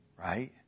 Right